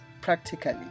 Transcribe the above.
practically